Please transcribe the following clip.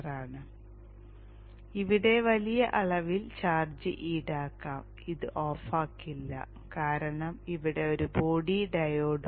അതിനാൽ ഇവിടെ വലിയ അളവിൽ ചാർജ് ഈടാക്കാം ഇത് ഓഫാക്കില്ല കാരണം ഇവിടെ ഒരു ബോഡി ഡയോഡ് ഉണ്ട്